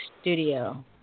Studio